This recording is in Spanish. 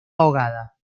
ahogada